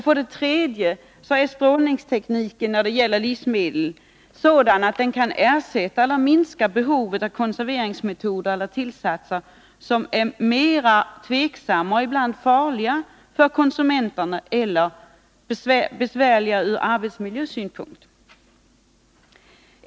För det tredje är strålningstekniken när det gäller livsmedel sådan att den kan ersätta och minska behovet av konserveringsmetoder eller tillsatser som är mer tveksamma och ibland farliga för konsumenterna eller besvärliga ur arbetsmiljösynpunkt.